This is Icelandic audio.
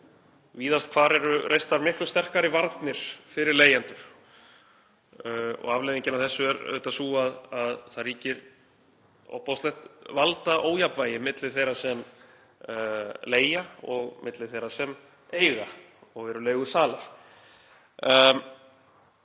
Víðast hvar eru reistar miklu sterkari varnir fyrir leigjendur. Afleiðingin af þessu er sú að það ríkir ofboðslegt valdaójafnvægi milli þeirra sem leigja og þeirra sem eiga og eru leigusalar.